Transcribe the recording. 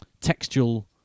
textual